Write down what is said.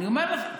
אני אומר לך,